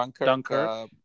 Dunker